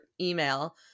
email